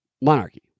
monarchy